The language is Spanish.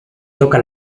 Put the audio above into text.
toca